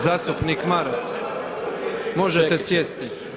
Zastupnik Maras, možete sjesti.